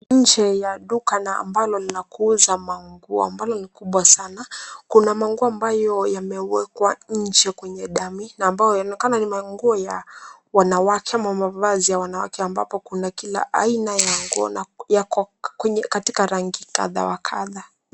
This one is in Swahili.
Nje ya duka ambalo ni la kuuza manguo ambalo ni kubwa sana. Kuna manguo ambayo yamewekwa nje kwenye dummy na ambayo yanaonekana ni manguo ya wanawake ama mavazi ya wanawake ambapo kuna kila aina ya nguo na yako kwenye katika rangi ya kadha wa kadha.